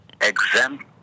exempt